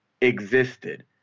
existed